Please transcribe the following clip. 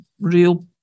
real